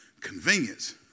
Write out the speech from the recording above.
convenience